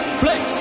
flex